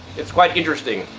it's quite interesting.